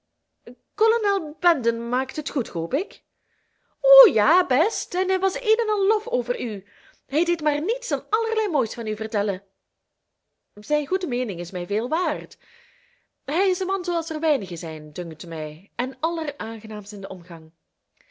kolonel brandon maakte het goed hoop ik o ja best en hij was één en al lof over u hij deed maar niets dan allerlei moois van u vertellen zijn goede meening is mij veel waard hij is een man zooals er weinigen zijn dunkt mij en alleraangenaamst in den omgang